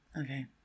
Okay